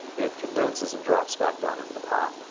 it condenses and drops back down into the pot.